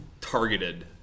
targeted